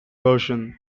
version